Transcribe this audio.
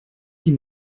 die